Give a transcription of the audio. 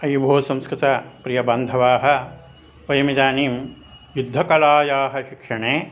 अयि भोः संस्कृतप्रियबान्धवाः वयमिदानीं युद्धकलायाः शिक्षणे